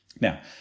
Now